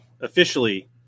officially